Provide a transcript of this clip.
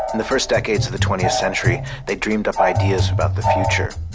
the first decades of the twentieth century, they dreamed up ideas about the future.